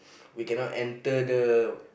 we cannot enter the